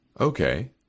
Okay